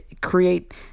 create